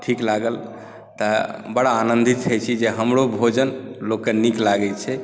ठीक लागल तऽ बड़ा आनन्दित होइत छी जे हमरो भोजन लोककेँ नीक लागैत छै